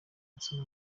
nsoma